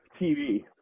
TV